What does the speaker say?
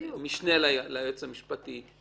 משנה ליועץ המשפטי,